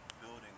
building